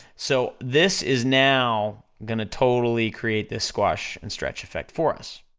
so this is now gonna totally create this squash and stretch effect for us.